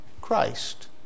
Christ